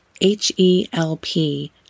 H-E-L-P